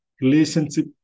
relationship